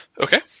Okay